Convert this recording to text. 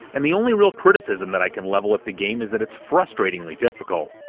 and the only real criticism that i can level at the game is that it's frustratingly difficult.